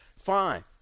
fine